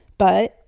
but,